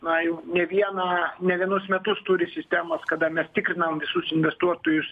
na jau ne vieną ne vienus metus turi sistemą kada mes tikrinam visus investuotojus